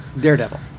Daredevil